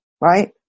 right